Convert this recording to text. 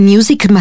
Music